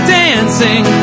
dancing